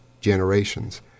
generations